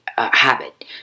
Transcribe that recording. habit